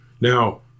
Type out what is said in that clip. Now